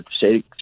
say